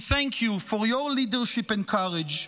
we thank you for your leadership and courage.